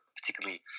particularly